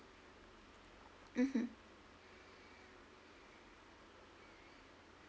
mmhmm